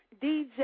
DJ